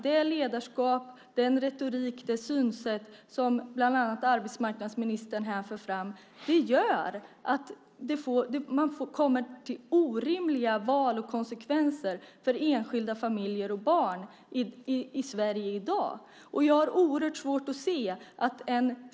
Det ledarskap, den retorik, det synsätt som bland annat arbetsmarknadsministern här för fram gör att enskilda familjer och barn ställs inför orimliga val och konsekvenser i Sverige i dag.